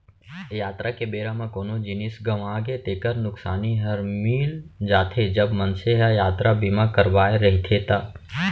यातरा के बेरा म कोनो जिनिस गँवागे तेकर नुकसानी हर मिल जाथे, जब मनसे ह यातरा बीमा करवाय रहिथे ता